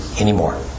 anymore